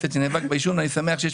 שנאבקים.